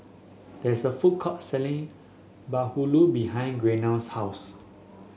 there is a food court selling bahulu behind Gaynell's house